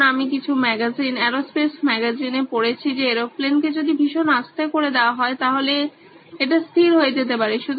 কারন আমি কিছু ম্যাগাজিন অ্যারোস্পেস ম্যাগাজিনে পড়েছি যে এরোপ্লেন কে যদি ভীষণ আস্তে করে দেওয়া হয় তাহলে এটা স্থির হয়ে যেতে পারে